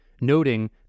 noting